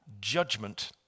Judgment